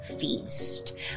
feast